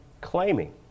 claiming